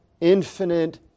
infinite